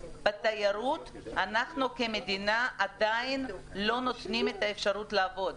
בתיירות אנו כמדינה עדיין לא נותנים את האפשרות לעבוד.